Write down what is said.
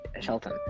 Shelton